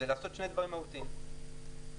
לעשות שני דברים מהותיים: ראשית,